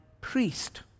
priest